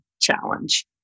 challenge